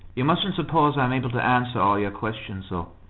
you musn't suppose i am able to answer all your questions, though.